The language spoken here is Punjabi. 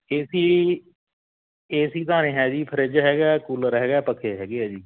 ਏ ਸੀ ਏ ਸੀ ਤਾਂ ਨਹੀਂ ਹੈ ਜੀ ਫਰਿਜ ਹੈਗਾ ਕੂਲਰ ਹੈਗਾ ਪੱਖੇ ਹੈਗੇ ਆ ਜੀ